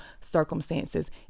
circumstances